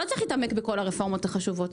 לא הצלחתי להתעמק בכל הרפורמות החשובות.